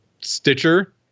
Stitcher